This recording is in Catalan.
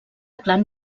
clan